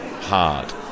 hard